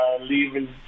leaving